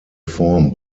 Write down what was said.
form